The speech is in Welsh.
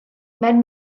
mewn